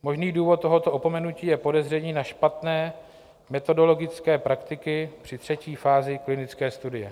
Možný důvod tohoto opomenutí je podezření na špatné metodologické praktiky při třetí fázi klinické studie.